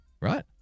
right